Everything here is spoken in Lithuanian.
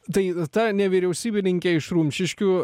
tai ta nevyriausybininkė iš rumšiškių